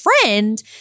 friend